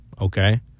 Okay